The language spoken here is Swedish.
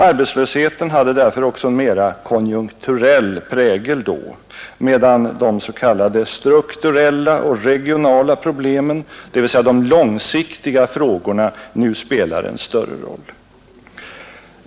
Arbetslösheten hade därför också en mera konjunkturell prägel då, medan de s.k. strukturella och regionala problemen — dvs. de långsiktiga frågorna — nu spelar en större roll.